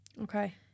Okay